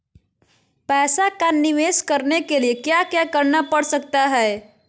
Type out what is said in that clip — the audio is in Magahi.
पैसा का निवेस करने के लिए क्या क्या करना पड़ सकता है?